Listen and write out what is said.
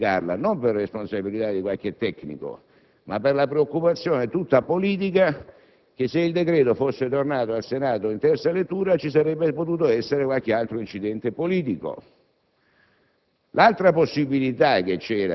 dei deputati la via maestra di emendarla, e ciò non per responsabilità di qualche tecnico ma per la preoccupazione, tutta politica, che se il decreto fosse tornato al Senato in terza lettura ci sarebbe potuto essere qualche altro incidente politico.